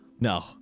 no